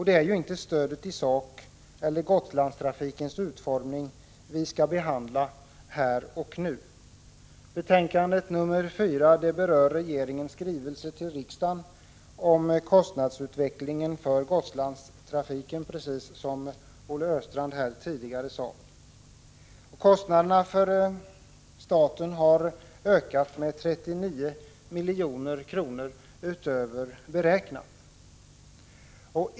Det är inte stödet i sak eller Gotlandstrafikens utformning som vi skall behandla här och nu. Betänkande nr 4 rör regeringens skrivelse till riksdagen om kostnadsutvecklingen för Gotlandstrafiken. Kostnaderna för staten har ökat med 39 milj.kr. utöver det beräknade beloppet.